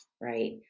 right